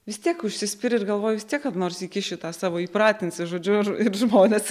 vis tiek užsispiri ir galvoji kam nors įkišiu tą savo įpratinsiu žodžiu ir ir žmonės